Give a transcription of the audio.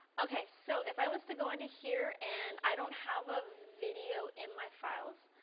okay, so if i was to go into here and i don't have a video in my files.